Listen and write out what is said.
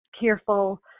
careful